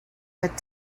but